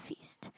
feast